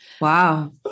Wow